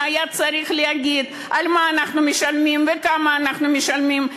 שהיה צריך להגיד על מה אנחנו משלמים וכמה אנחנו משלמים,